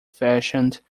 fashioned